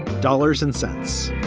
dollars and cents.